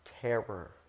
terror